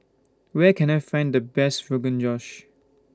Where Can I Find The Best Rogan Josh